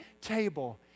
table